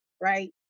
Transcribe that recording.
right